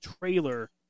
trailer